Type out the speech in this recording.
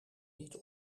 niet